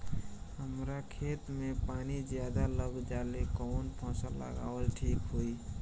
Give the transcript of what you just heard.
हमरा खेत में पानी ज्यादा लग जाले कवन फसल लगावल ठीक होई?